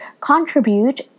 contribute